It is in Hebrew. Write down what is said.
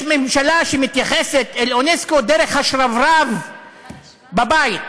יש ממשלה שמתייחסת לאונסק"ו דרך השרברב בבית,